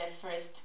first